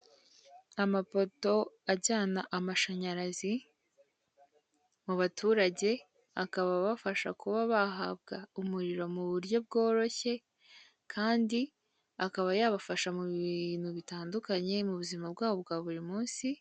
Amapoto ajyana amashanyarazi mubaturage akaba abafasha kuba bahabwa umuriro muburyo bworoshye kandi akaba yabafasha mubintu bitandukanye mubuzima bwabo bwa burimunsi.